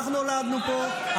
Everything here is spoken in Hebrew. אנחנו נולדנו פה,